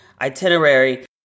itinerary